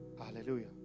Hallelujah